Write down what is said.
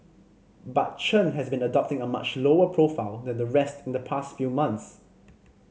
but Chen has been adopting a much lower profile than the rest in the past few months